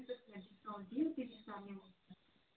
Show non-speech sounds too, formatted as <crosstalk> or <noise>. <unintelligible>